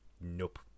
nope